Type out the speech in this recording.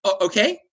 okay